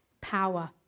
power